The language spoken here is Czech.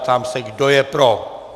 Ptám se, kdo je pro.